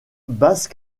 basse